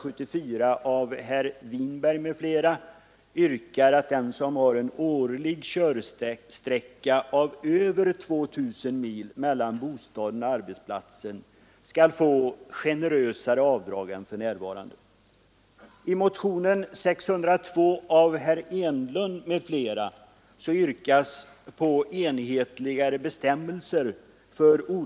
Motionärerna vill+:ha likartade regler när det gäller Nr 49 avdragsrätten för resor mellan bostaden och arbetsplatsen och när det Onsdagen den gäller resor i tjänsten.